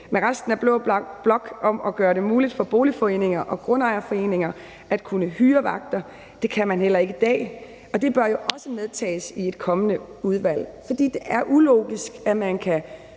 med resten af blå blok om at gøre det muligt for boligforeninger og grundejerforeninger at kunne hyre vagter. Det kan man heller ikke i dag, og det bør jo også medtages i et kommende udvalg. For det er ulogisk, at man kan